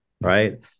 Right